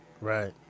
right